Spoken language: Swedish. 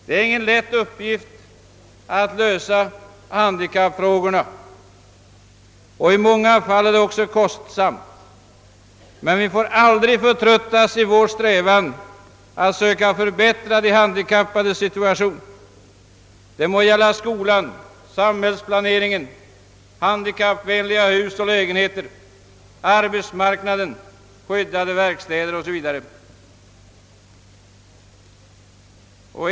Det är ingen lätt uppgift att lösa handikappfrågorna, och i många fall är det också kostsamt. Men vi får aldrig förtröttas i vår strävan att söka förbättra de handikappades situation i skolan och i samhällslivet och för övrigt genom tillkomsten av handikappvänliga hus och lägenheter, skyddade verkstäder 0. S. V.